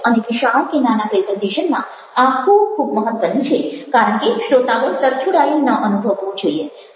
અને વિશાળ કે નાના પ્રેઝન્ટેશનમાં આ ખૂબ ખૂબ મહત્ત્વનું છે કારણ કે શ્રોતાગણ તરછોડાયેલ ન અનુભવવો જોઈએ